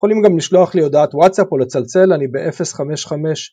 יכולים גם לשלוח לי הודעת וואטסאפ או לצלצל, אני ב- 055...